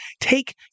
take